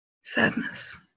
Sadness